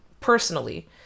personally